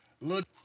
Look